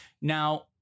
Now